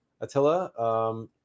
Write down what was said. Attila